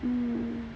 mmhmm